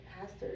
pastor